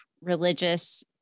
religious